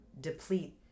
deplete